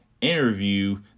interview